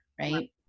right